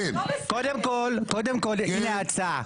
קודם כול, הנה ההצעה.